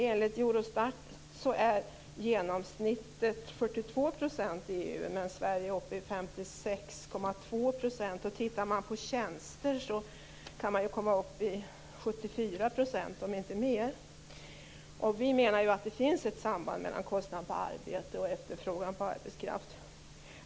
Enligt Eurostat är genomsnittet 42 % i EU, men Sverige är uppe i 56,2 %. Tittar man på tjänster kan man komma upp i 74 %- om inte mer. Vi menar att det finns ett samband mellan kostnaden på arbete och efterfrågan på arbetskraft.